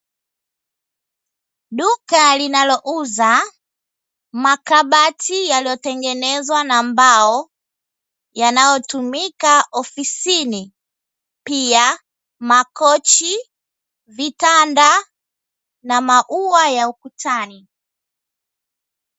Duka linalouza makabati yaliyo tengenezwa na mbao yanayotumika ofisini, pia makochi, vitanda, na maua ya ukutani.